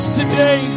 today